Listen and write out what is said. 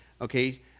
okay